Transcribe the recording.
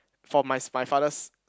for my's my father's